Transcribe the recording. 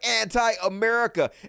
anti-America